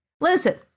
Listen